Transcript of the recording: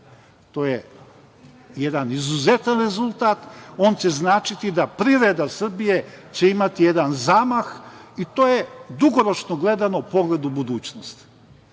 To je jedan izuzetan rezultat. On će značiti da privreda Srbije će imati jedan zamah i to je dugoročno gledano pogled u budućnost.